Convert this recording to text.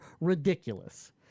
ridiculous